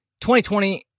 2020